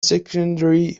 secondary